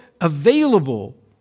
available